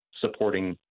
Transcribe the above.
supporting